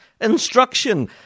instruction